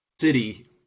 city